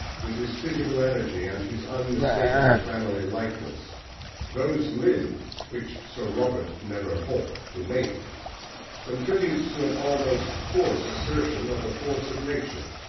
with his physical energy and his unmistakable family likeness those limbs which sir robert never holp to make contributes to an almost coarse assertion of the force of nature,